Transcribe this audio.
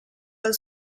dal